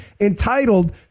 entitled